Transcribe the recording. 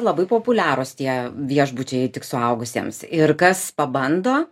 labai populiarūs tie viešbučiai tik suaugusiems ir kas pabando